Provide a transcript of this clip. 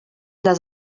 les